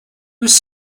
was